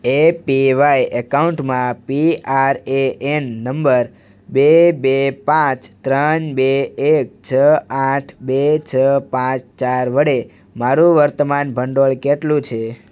એ P Y એકાઉન્ટમાં P R A N number બે બે પાંચ ત્રણ બે એક છ આઠ બે છ પાંચ ચાર વડે મારું વર્તમાન ભંડોળ કેટલું છે